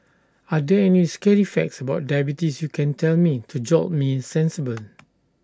are there any scary facts about diabetes you can tell me to jolt me sensible